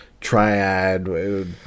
triad